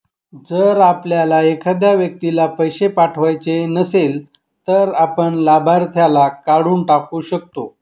जर आपल्याला एखाद्या व्यक्तीला पैसे पाठवायचे नसेल, तर आपण लाभार्थीला काढून टाकू शकतो